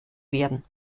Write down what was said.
werden